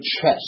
chess